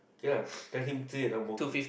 okay ah text him three at Ang-Mo-Kio